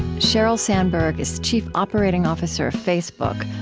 sheryl sandberg is chief operating officer of facebook,